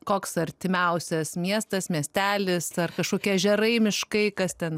koks artimiausias miestas miestelis dar kažkokie ežerai miškai kas ten